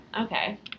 okay